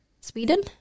Sweden